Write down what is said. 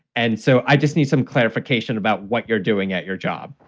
and so i just need some clarification about what you're doing at your job